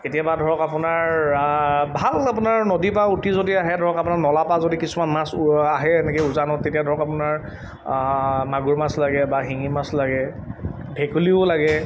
কেতিয়াবা ধৰক আপোনাৰ ভাল আপোনাৰ নদী পৰা উটি যদি আহে ধৰক আপোনাৰ নলাৰ পৰা যদি কিছুমান মাছ আহে এনেকৈ উজানত তেতিয়া ধৰক আপোনাৰ মাগুৰ মাছ লাগে বা শিঙি মাছ লাগে ভেকুলীও লাগে